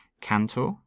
Cantor